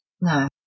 No